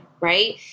right